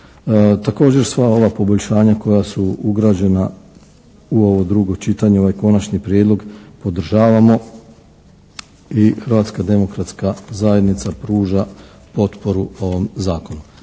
Također sva ova poboljšanja koja su ugrađena u ovo drugo čitanje, u ovaj Konačni prijedlog podržavamo i Hrvatska demokratska zajednica pruža potporu ovom Zakonu.